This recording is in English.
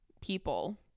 people